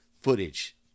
footage